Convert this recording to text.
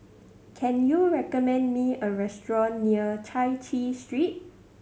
can you recommend me a restaurant near Chai Chee Street